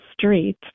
street